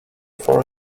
for